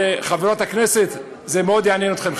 חברת הכנסת, זה מאוד יעניין אתכם.